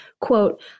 quote